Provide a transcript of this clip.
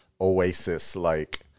Oasis-like